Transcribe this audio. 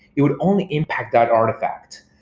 it would only impact that artifact.